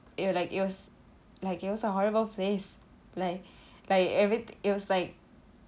it were like it was like it was a horrible place like like every it was like